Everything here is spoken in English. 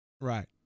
right